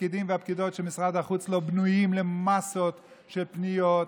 הפקידים והפקידות של משרד החוץ לא בנויים למאסות של פניות.